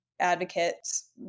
advocates